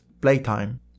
playtime